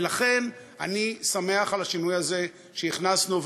ולכן אני שמח על השינוי הזה שהכנסנו.